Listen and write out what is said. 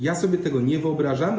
Ja sobie tego nie wyobrażam.